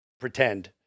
pretend